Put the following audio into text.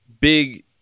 big